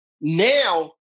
Now